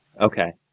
Okay